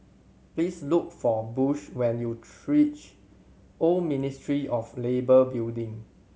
please look for Bush when you reach Old Ministry of Labour Building